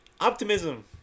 optimism